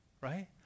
right